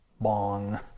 bong